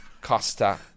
Costa